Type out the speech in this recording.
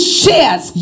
shares